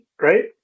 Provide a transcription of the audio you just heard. right